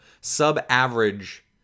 sub-average